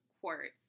Quartz